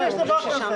זה לא נקרא מתנגדים,